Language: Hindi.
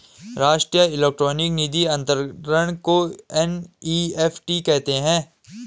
राष्ट्रीय इलेक्ट्रॉनिक निधि अनंतरण को एन.ई.एफ.टी कहते हैं